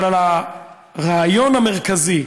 אבל על הרעיון המרכזי,